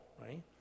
right